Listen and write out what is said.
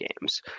games